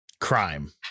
Crime